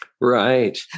Right